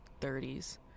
30s